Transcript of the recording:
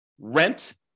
rent